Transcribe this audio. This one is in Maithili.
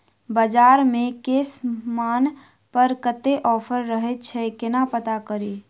बजार मे केँ समान पर कत्ते ऑफर रहय छै केना पत्ता कड़ी?